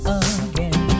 again